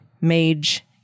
mage